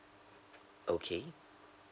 okay